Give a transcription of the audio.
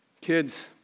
Kids